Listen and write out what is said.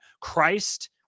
christ